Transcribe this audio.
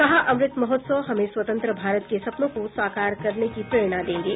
कहा अमृत महोत्सव हमें स्वतंत्र भारत के सपनों को साकार करने की प्रेरणा देंगे